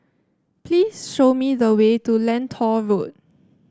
please show me the way to Lentor Road